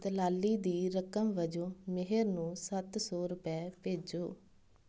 ਦਲਾਲੀ ਦੀ ਰਕਮ ਵਜੋਂ ਮੇਹਰ ਨੂੰ ਸੱਤ ਸੌ ਰੁਪਏ ਭੇਜੋ